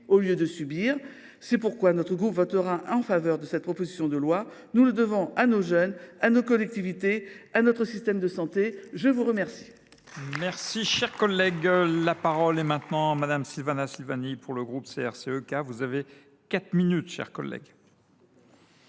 au lieu de subir. C’est pourquoi notre groupe votera cette proposition de loi ; nous le devons à nos jeunes, à nos collectivités, à notre système de santé. La parole